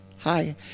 Hi